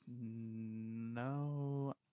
No